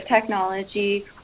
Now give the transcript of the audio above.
technology